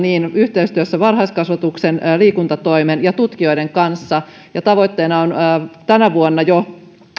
yhteistyössä varhaiskasvatuksen liikuntatoimen ja tutkijoiden kanssa ja tavoitteena on jo tänä vuonna